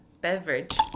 beverage